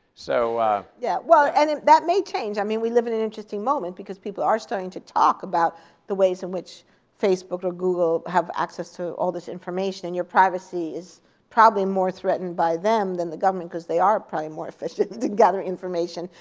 so yeah and and that may change. i mean, we live in an interesting moment, because people are starting to talk about the ways in which facebook or google have access to all this information, and your privacy is probably more threatened by them than the government because they are probably more efficient to gather information.